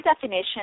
definition